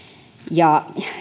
ja